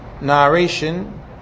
narration